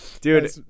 Dude